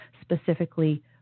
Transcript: specifically